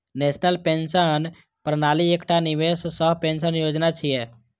national pension प्रणाली एकटा निवेश सह पेंशन योजना छियै